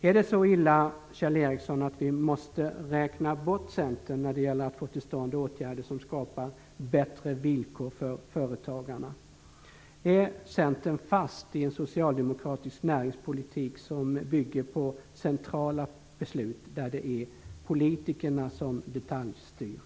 Är det så illa, Kjell Ericsson, att vi måste räkna bort Centern när det gäller att få till stånd åtgärder som skapar bättre villkor för företagarna? Är Centern fast i en socialdemokratisk näringspolitik som bygger på centrala beslut där det är politikerna som detaljstyr?